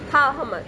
ho~ how much